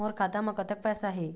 मोर खाता म कतक पैसा हे?